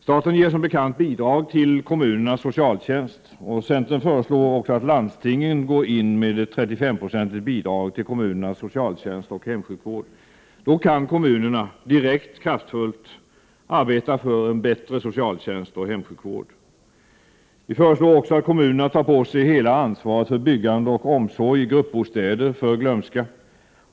Staten ger som bekant bidrag till kommunernas socialtjänst. Centern föreslår att också landstingen går in med ett 35-procentigt bidrag till kommunernas socialtjänst och hemsjukvård. Då kan kommunerna direkt och kraftfullt arbeta för en bättre socialtjänst och hemsjukvård. Vi föreslår också att kommunerna tar på sig hela ansvaret för byggande av och omsorg i gruppbostäder för glömda.